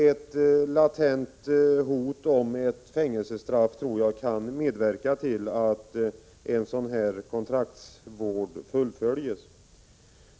Ett latent hot om ett fängelsestraff tror jag kan medverka till att en sådan kontraktsvård fullföljs.